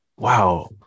wow